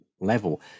level